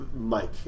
Mike